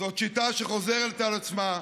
זאת שיטה שחוזרת על עצמה.